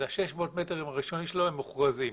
ה-600 מטרים הראשונים שלו הם מוכרזים.